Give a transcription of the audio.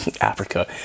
Africa